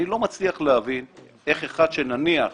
אני לא מצליח להבין איך אחד, נניח